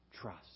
trust